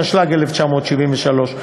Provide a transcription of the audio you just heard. התשל"ג 1973,